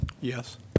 Yes